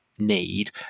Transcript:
need